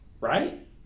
right